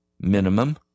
minimum